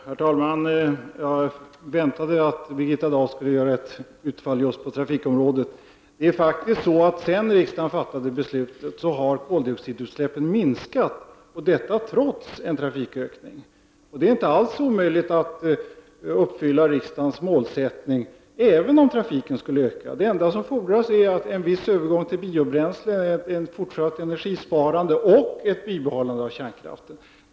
Herr talman! Jag väntade att Birgitta Dahl skulle göra ett utfall just på trafikområdet. Rent faktiskt har koldioxidutsläppen minskat sedan riksdagen fattade sitt beslut, trots en trafikökning. Det är inte alls omöjligt att uppfylla riksdagens målsättning, även om trafiken skulle öka. Det enda som fordras är en viss övergång till biobränsle, ett fortsatt energisparande och ett bibehållande av kärnkraften.